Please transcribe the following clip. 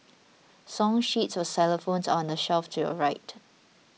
song sheets for xylophones are on the shelf to your right